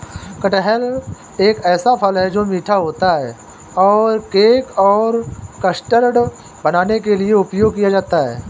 कटहल एक ऐसा फल है, जो मीठा होता है और केक और कस्टर्ड बनाने के लिए उपयोग किया जाता है